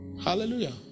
Hallelujah